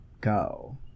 go